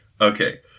Okay